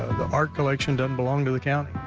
the art collection don't belong to account.